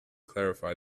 clarify